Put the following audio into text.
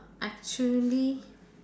actually